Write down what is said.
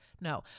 no